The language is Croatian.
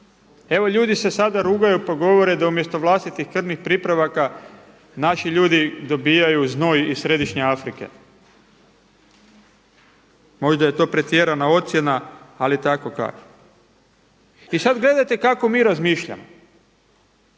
Evo ljudi se sada rugaju pa govore da umjesto vlastitih krvnih pripravaka naši ljudi dobijaju znoj iz središnje Afrike. Možda je to pretjerana ocjena ali tako kažu. I sada gledajte kako mi razmišljamo.